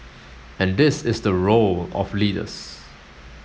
and this is the role of leaders